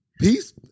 Peace